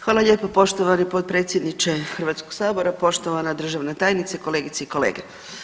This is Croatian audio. Hvala lijepo poštovani potpredsjedniče Hrvatskog sabora, poštovana državna tajnice, kolegice i kolege.